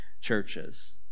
churches